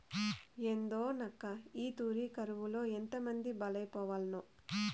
ఏందోనక్కా, ఈ తూరి కరువులో ఎంతమంది బలైపోవాల్నో